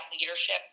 leadership